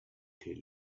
tell